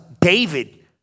David